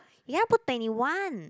you never put twenty one